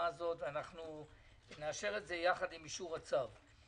אנחנו נאשר את אישור הצו יחד עם ההצעה שלי.